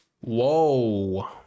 Whoa